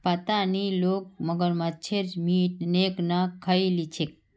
पता नी लोग मगरमच्छेर मीट केन न खइ ली छेक